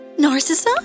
Narcissa